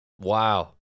Wow